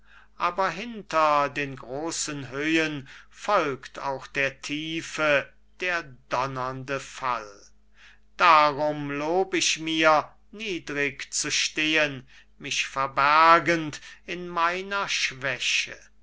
aber hinter den großen höhen folgt auf der tiefe der donnernde fall darum lob ich mir niedrig zu stehen mich verbergend in meiner schwäche